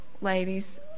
Ladies